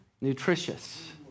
nutritious